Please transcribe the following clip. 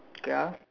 ya